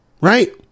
Right